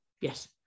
yes